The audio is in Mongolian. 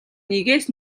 нэгээс